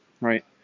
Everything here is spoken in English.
right